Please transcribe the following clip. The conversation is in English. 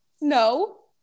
No